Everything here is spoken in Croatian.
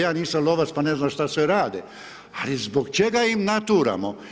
Ja nisam lovac, pa ne znam šta sve rade, ali zbog čega im naturamo?